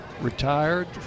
retired